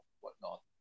whatnot